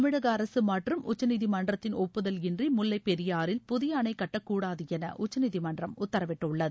தமிழக அரசு மற்றும் உச்சநீதிமன்றத்தின் ஒப்புதல் இன்றி முல்வைப் பெரியாறில் புதிய அணை கட்டக்கூடாது என உச்சநீதிமன்றம் உத்தரவிட்டுள்ளது